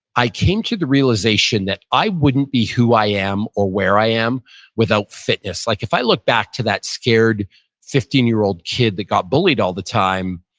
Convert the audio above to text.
i came to the realization that i wouldn't be who i am or where i am without fitness. like if i look back to that scared fifteen year old kid that got bullied all the time,